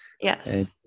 yes